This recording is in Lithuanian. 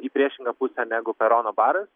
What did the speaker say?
į priešingą pusę negu perono baras